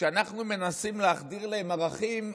כשאנחנו מנסים להחדיר להם ערכים,